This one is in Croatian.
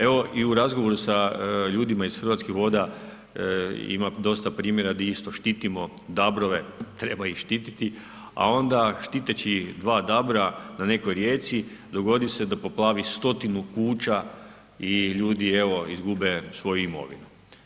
Evo, i u razgovoru sa ljudima iz Hrvatskih voda ima dosta primjera gdje isto štitimo dabrove, treba ih štititi, a onda štiteći dva dabra na nekoj rijeci, dogodi se da poplati stotinu kuća i ljudi evo, izgube svoju imovinu.